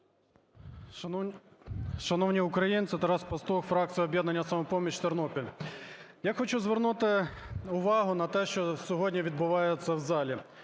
Шановні українці, Тарас Пастух, фракція "Об'єднання "Самопоміч", Тернопіль. Я хочу звернути увагу на те, що сьогодні відбувається у залі.